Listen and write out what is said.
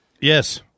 Yes